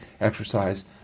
exercise